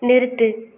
நிறுத்து